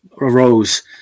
arose